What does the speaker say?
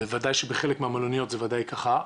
וודאי שבחלק מהמלוניות זה ודאי כך,